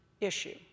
issue